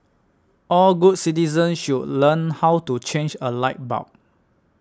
all good citizens should learn how to change a light bulb